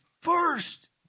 first